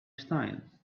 style